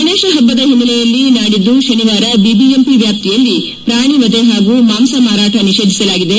ಗಣೇತ ಹಬ್ಬದ ಹಿನ್ನೆಲೆಯಲ್ಲಿ ನಾಡಿದ್ದು ತನಿವಾರ ಬಿಬಿಎಂಪಿ ವ್ಯಾಪ್ತಿಯಲ್ಲಿ ಪ್ರಾಣಿವಧೆ ಹಾಗೂ ಮಾಂಸ ಮಾರಾಟ ನಿಷೇಧಿಸಲಾಗಿದೆ